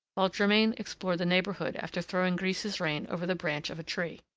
while germain explored the neighborhood after throwing grise's rein over the branch of a tree.